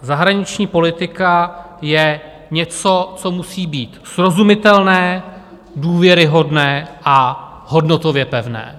Zahraniční politika je něco, co musí být srozumitelné, důvěryhodné a hodnotově pevné.